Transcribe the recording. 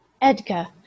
Edgar